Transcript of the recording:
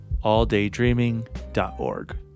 alldaydreaming.org